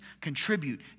Contribute